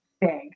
big